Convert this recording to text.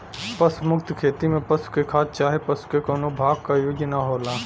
पशु मुक्त खेती में पशु के खाद चाहे पशु के कउनो भाग क यूज ना होला